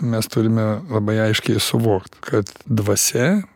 mes turime labai aiškiai suvokt kad dvasia